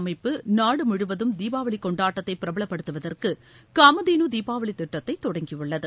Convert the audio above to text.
அமைப்ப நாடுமுவதும் தீபாவளிகொண்டாட்டத்தைப்பிரபலப்படுத்துவதற்குகாமதேனுதீபாவளிதிட்டத்தை தொடங்கியுள்ளது